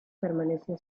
permaneció